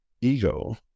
ego